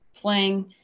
playing